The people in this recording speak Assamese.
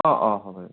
অঁ অঁ হ'ব